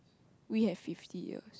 we have fifty year